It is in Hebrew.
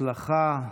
בהצלחה.